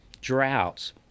droughts